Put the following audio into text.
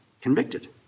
convicted